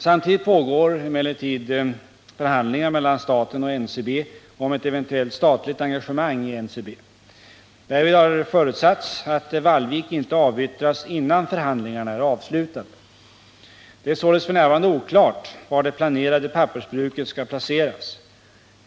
Samtidigt pågår emellertid förhandlingar mellan staten och NCB om ett eventuellt statligt engagemang i NCB. Därvid har förutsatts att Vallvik inte avyttras innan förhandlingarna är avslutade. Det är således f. n. oklart var det planerade pappersbruket skall placeras.